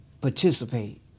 participate